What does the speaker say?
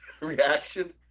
Reaction